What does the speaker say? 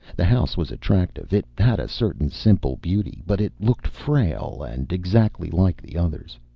the house was attractive. it had a certain simple beauty. but it looked frail and exactly like the others.